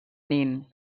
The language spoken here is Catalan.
nin